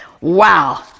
Wow